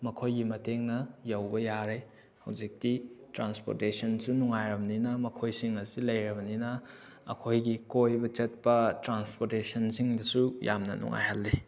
ꯃꯈꯣꯏꯒꯤ ꯃꯇꯦꯡꯅ ꯌꯧꯕ ꯌꯥꯔꯦ ꯍꯧꯖꯤꯛꯇꯤ ꯇ꯭ꯔꯥꯟꯁꯄꯣꯔꯇꯦꯁꯟꯁꯨ ꯅꯨꯡꯉꯥꯏꯔꯕꯅꯤꯅ ꯃꯈꯣꯏꯁꯤꯡ ꯑꯁꯤ ꯂꯩꯔꯕꯅꯤꯅ ꯑꯩꯈꯣꯏꯒꯤ ꯀꯣꯏꯕ ꯆꯠꯄ ꯇ꯭ꯔꯥꯟꯁꯄꯣꯔꯇꯦꯁꯟꯁꯤꯡꯗꯁꯨ ꯌꯥꯝꯅ ꯅꯨꯡꯉꯥꯏꯍꯜꯂꯤ